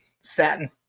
satin